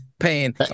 paying